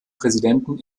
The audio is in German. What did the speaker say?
präsidenten